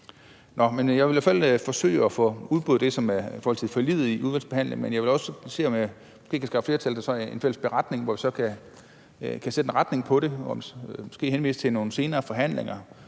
Jeg vil i hvert fald forsøge at få udboret det, som følger af forliget, i udvalgsbehandlingen, men jeg vil også se, om jeg ikke kan skaffe flertal til en fælles beretning, hvor vi så kan sætte en retning på det og måske henvise til nogle senere forhandlinger